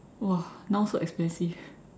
!wah! now so expensive